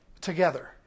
together